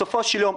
בסופו של יום,